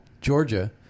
Georgia